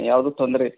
ಯಾವುದು ತೊಂದರೆ